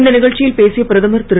இந்த நிகழ்ச்சியில் பேசிய பிரதமர் திரு